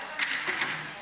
אני